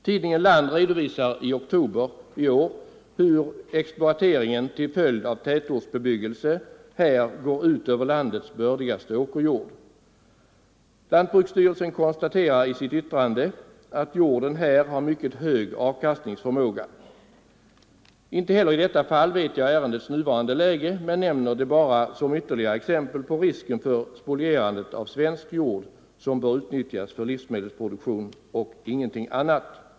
Tidningen Land redovisar i oktober i år hur exploateringen I till följd av tätortsbebyggelse här går ut över landets bördigaste åkerjord. Ang. jordbrukspoli Lantbruksstyrelsen konstaterar i sitt yttrande att jorden här har hög av = tiken kastningsförmåga. Inte heller i detta fall känner jag till ärendets nuvarande läge men nämner det bara som ytterligare exempel på risken för spolierandet av svensk jord som bör utnyttjas för livsmedelsproduktion och ingenting annat.